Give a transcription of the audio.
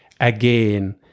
again